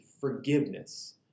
forgiveness